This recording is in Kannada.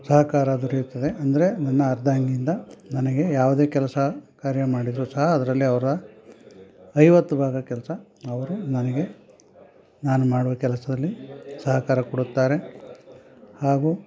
ಸಹಕಾರ ದೊರೆಯುತ್ತದೆ ಅಂದರೆ ನನ್ನ ಅರ್ಧಾಂಗಿ ಇಂದ ನನಗೆ ಯಾವುದೇ ಕೆಲಸ ಕಾರ್ಯ ಮಾಡಿದರು ಸಹ ಅದರಲ್ಲೇ ಅವರ ಐವತ್ತು ಭಾಗ ಕೆಲಸ ಅವರು ನನಗೆ ನಾನು ಮಾಡುವ ಕೆಲಸದಲ್ಲಿ ಸಹಕಾರ ಕೊಡುತ್ತಾರೆ ಹಾಗೂ